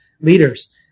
leaders